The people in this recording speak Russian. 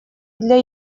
для